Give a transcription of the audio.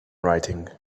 writing